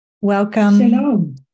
Welcome